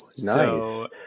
nice